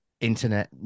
internet